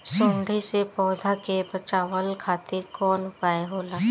सुंडी से पौधा के बचावल खातिर कौन उपाय होला?